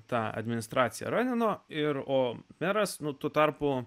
tą administracija ragino ir o meras nuo tuo tarpu